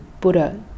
Buddha